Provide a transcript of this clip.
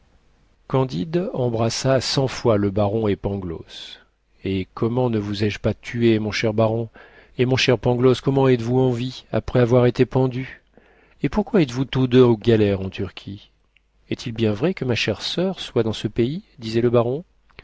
candide embrassa cent fois le baron et pangloss et comment ne vous ai-je pas tué mon cher baron et mon cher pangloss comment êtes-vous en vie après avoir été pendu et pourquoi êtes-vous tous deux aux galères en turquie est-il bien vrai que ma chère soeur soit dans ce pays disait le baron